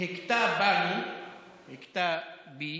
תודה רבה לך.